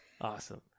Awesome